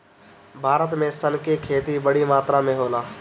भारत में सन के खेती बड़ी मात्रा में होला